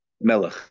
Melech